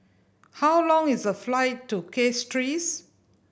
how long is the flight to Castries